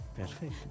Perfect